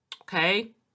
okay